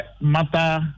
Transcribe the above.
matter